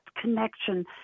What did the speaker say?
connection